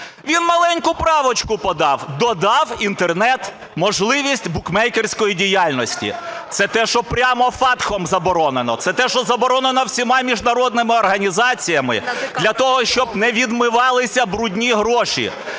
він маленьку правочку подав: додав Інтернет-можливість букмекерської діяльності. Це те, що прямо FATСA заборонено, це те, що заборонено всіма міжнародними організаціями для того, щоб не відмивалися "брудні" гроші,